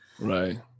Right